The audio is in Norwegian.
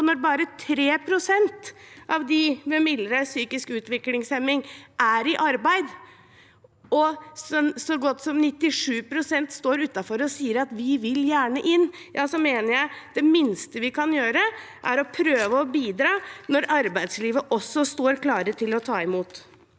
Når bare 3 pst. av dem med mildere psykisk utviklingshemning er i arbeid, og så godt som 97 pst. står utenfor og sier at de gjerne vil inn, mener jeg at det minste vi kan gjøre, er å prøve å bidra når arbeidslivet også står klar til å ta imot.